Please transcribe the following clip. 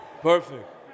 Perfect